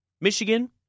Michigan